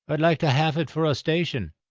would like to haf it for a station.